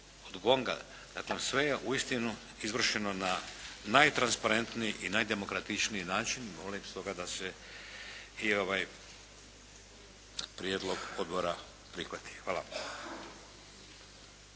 od GONG-a. Dakle, sve je uistinu izvršeno na najtransparentniji i najdemokratičniji način i molim stoga da se i ovaj prijedlog odbora prihvati. Hvala.